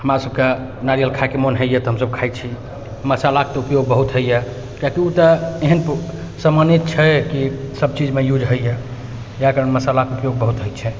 हमरा सबके नारियल खाइके मोन होइए तऽ हमसब खाइ छी मसालाके उपयोग बहुत होइए कियाकि ओ तऽ एहन सामाने छै कि सब चीजमे यूज होइए इएह कारण मसालाके उपयोग बहुत होइ छै